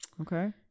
okay